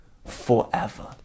forever